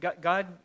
God